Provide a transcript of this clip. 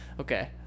Okay